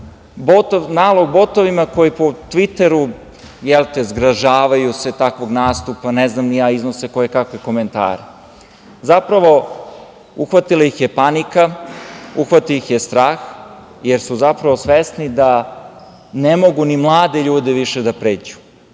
nalog botovima koji po tviteru se zgražavaju takvom nastupu, iznose koje kakve komentare. Zapravo, uhvatila ih je panika, uhvatio ih je strah, jer su svesni da ne mogu ni mlade ljude više da pređu.